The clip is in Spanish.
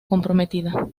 comprometida